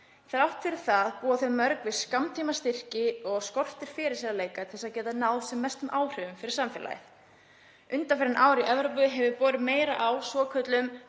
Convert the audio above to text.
Þrátt fyrir það búa þau mörg við skammtímastyrki og skortir fyrirsjáanleika til þess að geta náð sem mestum áhrifum fyrir samfélagið. Undanfarin ár í Evrópu hefur borið meira á svokölluðum